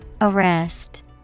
Arrest